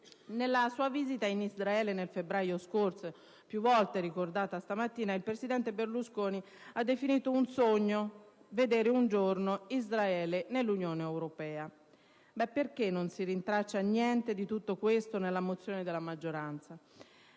Nella sua visita in Israele nel febbraio scorso, più volte ricordata questa mattina, il presidente Berlusconi ha definito un sogno vedere un giorno Israele nell'Unione europea. Perché non si rintraccia niente di tutto ciò nella mozione della maggioranza?